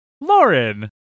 Lauren